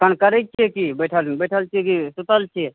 एखन करै छियै की बैठल छियै कि सुतल छी